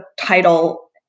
title